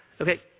Okay